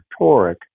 toric